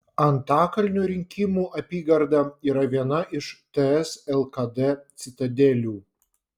antakalnio rinkimų apygarda yra viena iš ts lkd citadelių